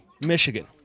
Michigan